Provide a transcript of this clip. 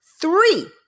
three